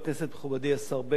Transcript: מכובדי השר בגין,